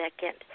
second